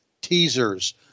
teasers